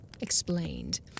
explained